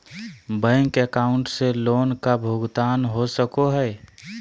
Bank account से loan का भुगतान हो सको हई?